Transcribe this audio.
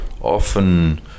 often